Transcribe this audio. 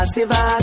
Siva